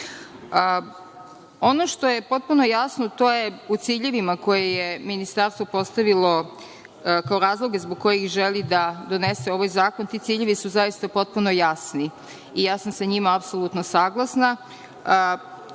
što je potpuno jasno, to je u ciljevima koje je Ministarstvo postavilo, kao razloge zbog kojih želi da donese ovaj zakon, a ti ciljevi su zaista potpuno jasni i ja sam sa njima apsolutno saglasna. Prvi